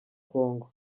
congo